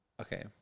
Okay